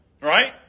Right